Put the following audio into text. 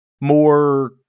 more